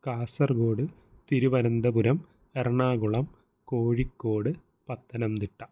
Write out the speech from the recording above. Kasaragod Thiruvananthapuram Ernakulam Kozhikode Pathanamthitta